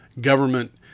government